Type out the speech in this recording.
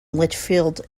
litchfield